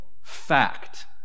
Fact